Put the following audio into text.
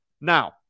Now